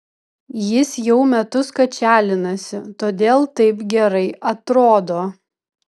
jis jau metus kačialinasi todėl taip gerai atrodo